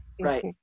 Right